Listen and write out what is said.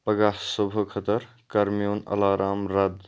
پگاہ صُبحہٕ خٲطرٕ کر میون الارام رد